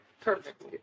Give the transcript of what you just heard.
Perfect